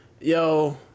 yo